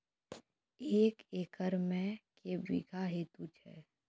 एक एकरऽ मे के बीघा हेतु छै?